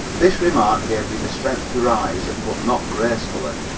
this remark gave me the strength to rise, but not gracefully.